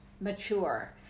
mature